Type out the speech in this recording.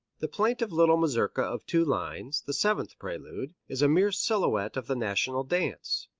the plaintive little mazurka of two lines, the seventh prelude, is a mere silhouette of the national dance.